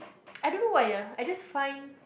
I don't know why ah I just find